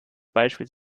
beispiel